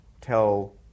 tell